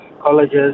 colleges